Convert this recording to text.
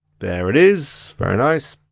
there it is, very nice.